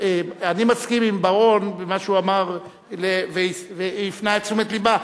אני מסכים עם בר-און במה שהוא אמר והפנה את תשומת לבה,